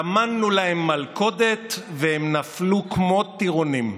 טמנו להם מלכודת, והם נפלו כמו טירונים.